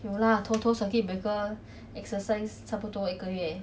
有 lah 偷偷 circuit breaker exercise 差不多一个月